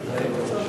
אדוני היושב-ראש,